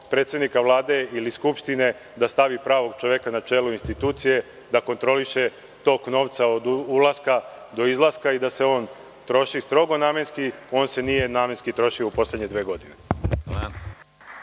predsednik Vlade ili Skupštine da stavi pravog čoveka na čelo institucije da kontroliše tok novca od ulaska do izlaska i da se on troši strogo namenski. On se nije namenski trošio u poslednje dve godine.